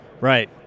Right